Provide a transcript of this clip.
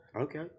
Okay